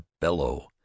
bellow